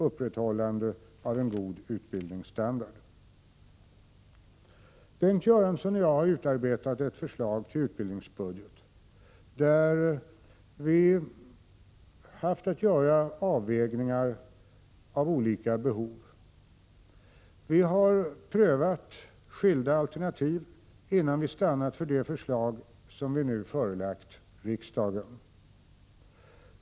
upprätthållande av en god utbildningsstandard. Bengt Göransson och jag har utarbetat ett förslag till utbildningsbudget, där vi haft att göra avvägningar av olika behov. Vi har prövat skilda alternativ innan vi stannat för det förslag som vi nyss förelagt riksdagen.